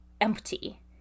empty